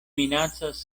minacas